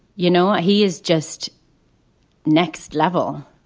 you know, he is just next level.